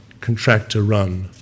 contractor-run